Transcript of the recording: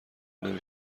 نمی